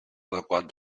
adequat